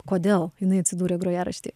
kodėl jinai atsidūrė grojarašty